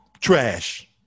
Trash